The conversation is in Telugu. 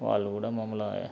వాళ్ళు కూడా మమ్ములని